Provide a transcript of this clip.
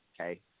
Okay